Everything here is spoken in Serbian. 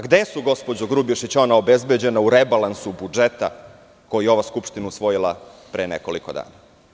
Gde su, gospođo Grubješić, ona obezbeđena u rebalansu budžeta koji je ova Skupština usvojila pre nekoliko dana?